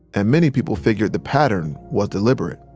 and many people figured the pattern was deliberate.